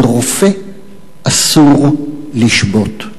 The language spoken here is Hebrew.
לרופא אסור לשבות.